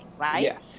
right